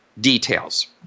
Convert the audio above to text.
details